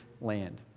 land